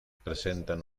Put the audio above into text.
presentan